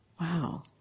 wow